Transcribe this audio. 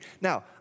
Now